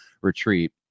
retreat